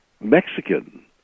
Mexican